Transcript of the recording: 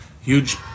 huge